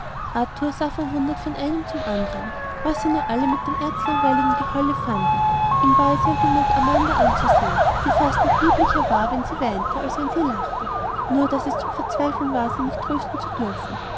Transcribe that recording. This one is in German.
arthur sah verwundert vom einen zum andern was sie nur alle an dem erzlangweiligen geheule fanden ihm war es ja genug amanda anzusehen die fast noch lieblicher war wenn sie weinte als wenn sie lachte nur daß es zum verzweifeln war sie nicht trösten zu dürfen